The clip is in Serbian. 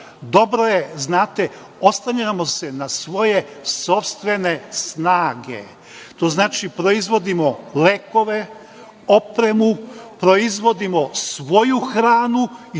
Dobro je, znate, oslanjamo se na svoje sopstvene snage. To znači - proizvodimo lekove, opremu, proizvodimo svoju hranu,